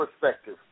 perspective